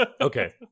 Okay